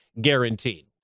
guaranteed